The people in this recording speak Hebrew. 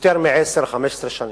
יותר מ-10, 15 שנים,